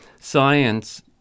science